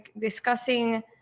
discussing